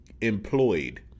employed